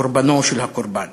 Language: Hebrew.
קורבנו של הקורבן.